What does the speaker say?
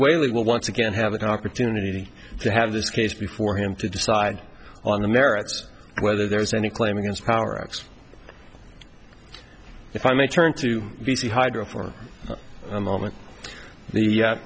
wally will once again have an opportunity to have this case before him to decide on the merits whether there's any claim against power if i may turn to b c hydro for a moment the